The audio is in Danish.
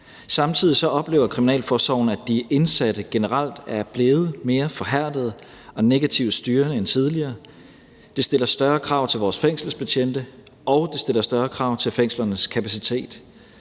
Samtidig oplever kriminalforsorgen generelt, at de indsatte er blevet mere forhærdede og negativt styrende end tidligere. Det stiller større krav til vores fængselsbetjente, og det stiller større krav til fængslernes kapacitet.